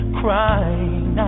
crying